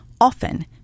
Often